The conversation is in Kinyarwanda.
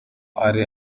ari